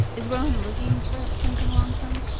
is rohin looking for something long term?